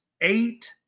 eight